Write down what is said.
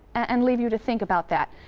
and leave you to think about that.